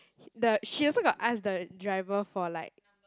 the she also got ask the driver for like